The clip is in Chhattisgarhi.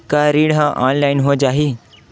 का ऋण ह ऑनलाइन हो जाही?